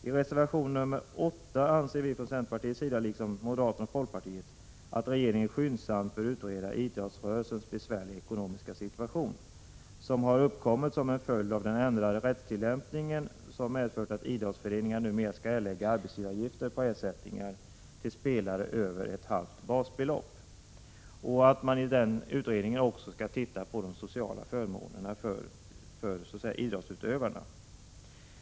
I reservation nr 8 anser vi från centerpartiets sida, liksom moderaterna och folkpartiet, att regeringen skyndsamt bör utreda idrottsrörelsens besvärliga ekonomiska situation, vilken har uppkommit som en följd av den ändrade rättstillämpning som medfört att idrottsföreningar numera skall erlägga arbetsgivaravgifter på ersättningar till spelare över ett halvt basbelopp. Utredningen skall också titta på de sociala förmånerna för idrottsutövarna.